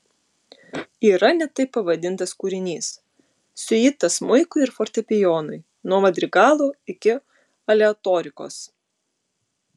yra net taip pavadintas kūrinys siuita smuikui ir fortepijonui nuo madrigalo iki aleatorikos